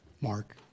Mark